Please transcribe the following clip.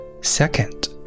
Second